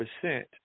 percent